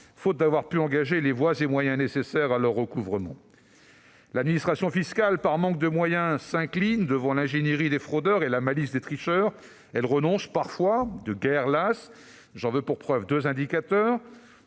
faute d'avoir pu engager les voies et moyens nécessaires à leur recouvrement. L'administration fiscale, par manque de moyens, s'incline devant l'ingénierie des fraudeurs et la malice des tricheurs. Elle renonce parfois, de guerre lasse. J'en veux pour preuve deux indicateurs.